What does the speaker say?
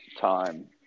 time